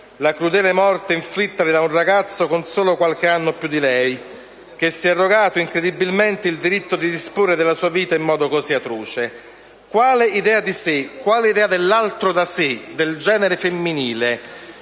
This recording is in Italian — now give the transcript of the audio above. la crudele morte inflittale da un ragazzo con solo qualche anno più di lei, che si è arrogato incredibilmente il diritto di disporre della sua vita in modo così atroce. Quale idea di sé, quale idea dell'altro da sé, del genere femminile